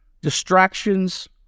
distractions